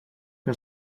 que